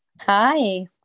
Hi